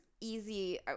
easy